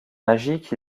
magiques